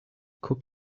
guck